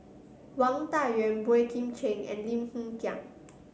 Wang Dayuan Boey Kim Cheng and Lim Hng Kiang